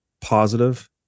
positive